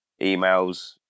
emails